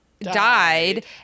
died